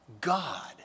God